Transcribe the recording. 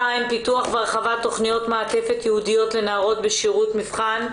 פיתוח והרחבת תכניות מעטפת ייעודיות לנערות בשירות מבחן,